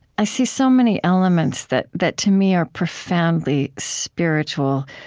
i see so many elements that that to me are profoundly spiritual,